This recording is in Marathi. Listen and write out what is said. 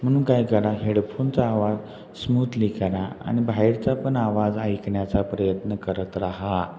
म्हणून काय करा हेडफोनचा आवाज स्मूथली करा आणि बाहेरचा पण आवाज ऐकण्याचा प्रयत्न करत राहा